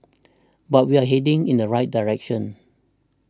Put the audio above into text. but we are heading in the right direction